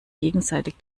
gegenseitig